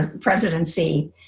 presidency